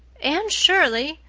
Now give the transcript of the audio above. anne shirley,